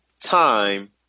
time